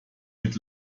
mit